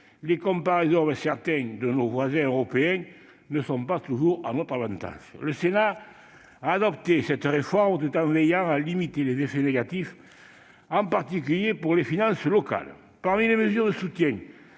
les comparaisons avec certains de nos voisins européens ne sont pas toujours à notre avantage. Le Sénat a adopté cette réforme tout en veillant à en limiter les effets négatifs, en particulier pour les finances locales. Parmi les mesures soutenant